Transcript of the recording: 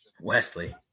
Wesley